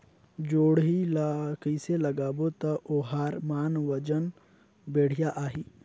जोणी ला कइसे लगाबो ता ओहार मान वजन बेडिया आही?